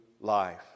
life